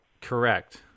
Correct